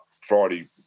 Friday